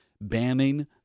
banning